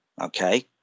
okay